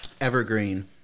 Evergreen